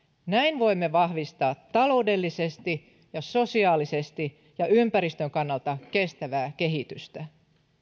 näin voimme vahvistaa taloudellisesti ja sosiaalisesti ja ympäristön kannalta kestävää kehitystä